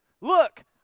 look